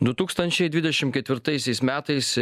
du tūkstančiai dvidešimt ketvirtaisiais metais